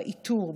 באיתור,